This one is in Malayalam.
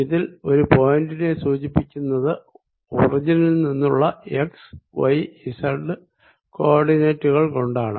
ഇതിൽ ഒരു പോയിന്റിനെ സൂചിപ്പിക്കുന്നത് ഒറിജിനിൽ നിന്നുള്ള എക്സ്വൈസെഡ് കോ ഓർഡിനേറ്റ്കൾ കൊണ്ടാണ്